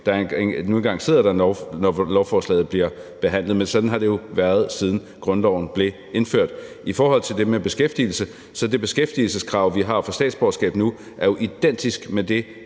nu engang sidder der, når lovforslaget bliver behandlet. Sådan har det været, siden grundloven blev indført. I forhold til det med beskæftigelse er det beskæftigelseskrav, vi har for statsborgerskab nu, identisk med det,